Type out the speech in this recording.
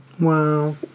Wow